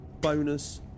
bonus